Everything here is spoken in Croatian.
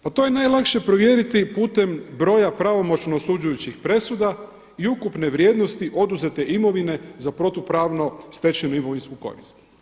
Pa to je najlakše provjeriti putem broja pravomoćno osuđujućih presuda i ukupne vrijednosti oduzete imovine za protupravno stečenu imovinsku korist.